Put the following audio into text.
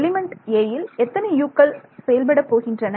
element a யில் எத்தனை U க்கள் செயல்பட போகின்றன